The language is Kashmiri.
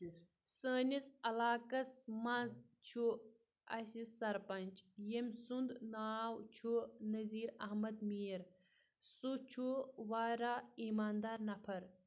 سٲنِس علاقَس منٛز چھُ اَسہِ سَرپَنٛچ یٔمۍ سُںٛد ناو چھُ نظیٖر احمد میٖر سُہ چھُ واریاہ ایماندار نَفَر